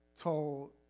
told